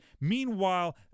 Meanwhile